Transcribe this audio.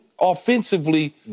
offensively